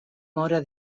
móra